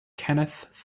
kenneth